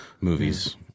movies